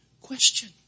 question